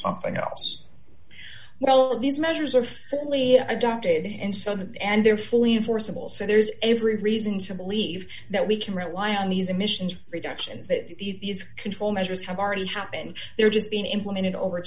something else well these measures are certainly adopted and so on and they're fully enforceable so there's every reason to believe that we can rely on these emissions reductions that these control measures have already happened they're just being implemented over